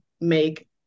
make